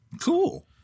cool